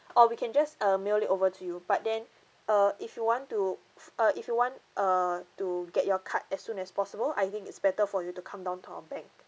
or we can just uh mail it over to you but then uh if you want to uh if you want err to get your card as soon as possible I think it's better for you to come down to our bank